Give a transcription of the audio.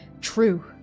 true